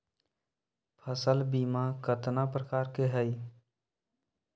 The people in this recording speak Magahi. फसल बीमा कतना प्रकार के हई?